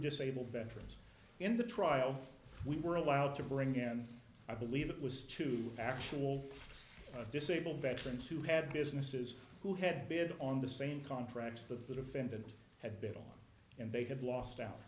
disabled veterans in the trial we were allowed to bring in i believe it was two actual disabled veterans who had businesses who had bid on the same contracts that the defendant had bid on and they had lost out